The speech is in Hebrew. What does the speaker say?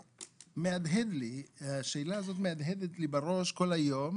שמהדהדת לי בראש כל היום,